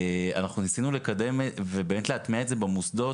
אנחנו ניסינו לקדם ובאמת להטמיע את זה במוסדות,